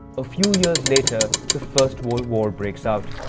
a few years later, the first world war breaks out.